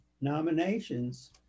nominations